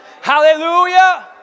Hallelujah